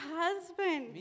husband